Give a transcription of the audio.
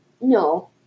No